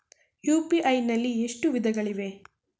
UPI ನಲ್ಲಿ ಎಷ್ಟು ವಿಧಗಳಿವೆ?